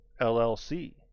llc